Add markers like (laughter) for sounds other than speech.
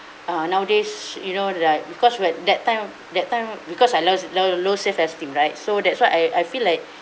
uh nowadays you know right because when that time that time because I low low low self esteem right so that's why I I feel like (breath)